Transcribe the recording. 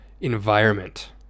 environment